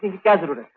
scheduled